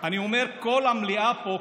אני אומר: כל המליאה פה,